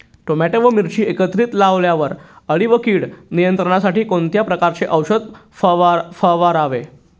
Tomato व मिरची एकत्रित लावल्यावर अळी व कीड नियंत्रणासाठी कोणत्या प्रकारचे औषध फवारावे?